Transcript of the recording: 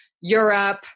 Europe